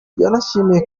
yanashimiye